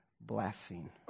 blessing